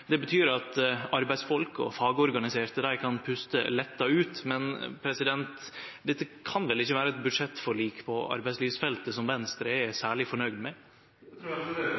Det betyr at arbeidsfolk og fagorganiserte kan puste letta ut. Men dette kan vel ikkje vere eit budsjettforlik på arbeidslivsfeltet som Venstre er særleg fornøgd med?